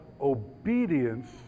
obedience